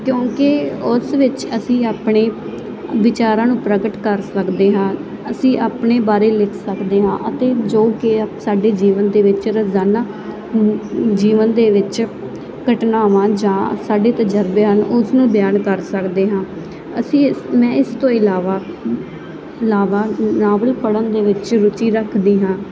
ਕਿਉਂਕਿ ਉਸ ਵਿੱਚ ਅਸੀਂ ਆਪਣੇ ਵਿਚਾਰਾਂ ਨੂੰ ਪ੍ਰਗਟ ਕਰ ਸਕਦੇ ਹਾਂ ਅਸੀਂ ਆਪਣੇ ਬਾਰੇ ਲਿਖ ਸਕਦੇ ਹਾਂ ਅਤੇ ਜੋ ਕਿ ਸਾਡੇ ਜੀਵਨ ਦੇ ਵਿੱਚ ਰੋਜ਼ਾਨਾ ਜੀਵਨ ਦੇ ਵਿੱਚ ਘਟਨਾਵਾਂ ਜਾਂ ਸਾਡੇ ਤਜਰਬੇ ਹਨ ਉਸ ਨੂੰ ਬਿਆਨ ਕਰ ਸਕਦੇ ਹਾਂ ਅਸੀਂ ਮੈਂ ਇਸ ਤੋਂ ਇਲਾਵਾ ਇਲਾਵਾ ਨਾਵਲ ਪੜ੍ਹਨ ਦੇ ਵਿੱਚ ਰੁਚੀ ਰੱਖਦੀ ਹਾਂ